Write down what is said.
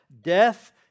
death